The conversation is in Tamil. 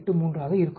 1 ஆக இருக்கும்